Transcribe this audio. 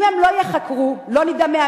אם הם לא ייחקרו לא נדע מי,